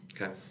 Okay